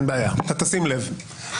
קוראים לסעיף "תוקפו של חוק סותר".